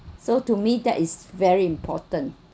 so to me that is very important